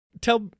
tell